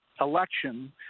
election